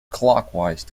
clockwise